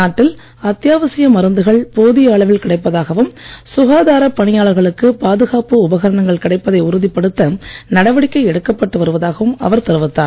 நாட்டில் அத்தியாவசியப் மருந்துகள் மற்றும் போதிய அளவில் கிடைப்பதாகவும் சுகாதார பணியாளர்களுக்கு பாதுகாப்பு உபகரணங்கள் கிடைப்பதை உறுதிப்படுத்த நடவடிக்கை எடுக்கப்பட்டு வருவதாகவும் அவர் தெரிவித்தார்